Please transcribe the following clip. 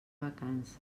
vacances